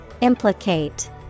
Implicate